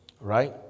Right